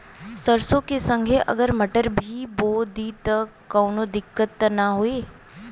सरसो के संगे अगर मटर भी बो दी त कवनो दिक्कत त ना होय?